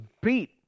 beat